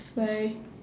bye